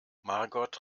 margot